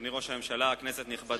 תודה רבה, אדוני ראש הממשלה, כנסת נכבדה,